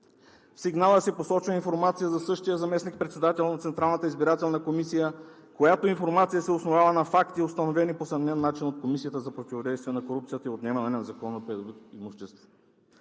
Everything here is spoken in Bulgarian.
В сигнала се посочва информация за същия заместник-председател на Централната избирателна комисия, която информация се основава на факти, установени по несъмнен начин от Комисията за противодействие на корупцията и отнемане на незаконно придобитото имущество.